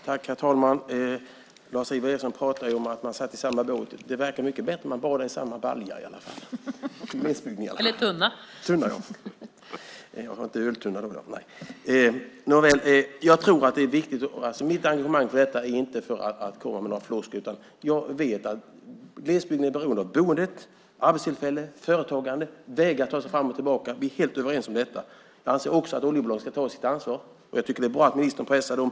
Herr talman! Lars-Ivar Ericson pratar om att man sitter i samma båt. Det verkar bättre än att bada i samma balja. Mitt engagemang i detta handlar inte om några floskler. Jag vet att glesbygden är beroende av boende, arbetstillfällen, företagande och vägar - så att man kan ta sig fram och tillbaka. Det är vi helt överens om. Jag anser också att oljebolagen ska ta sitt ansvar. Jag tycker att det är bra att ministern pressar dem.